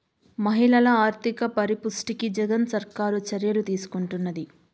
మహిళల ఆర్థిక పరిపుష్టికి జగన్ సర్కారు చర్యలు తీసుకుంటున్నది